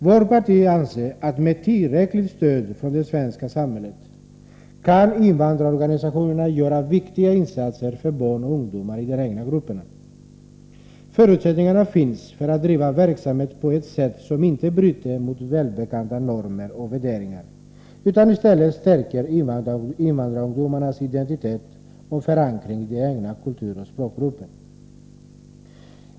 Vårt parti anser att med tillräckligt stöd från det svenska samhället kan invandrarorganisationerna göra viktiga insatser för barn och ungdomar i de egna grupperna. Förutsättningar finns för att driva verksamhet på ett sätt som inte bryter mot välbekanta normer och värderingar, utan i stället stärker invandrarungdomarnas identitet och förankring i den egna kulturoch språkgruppen.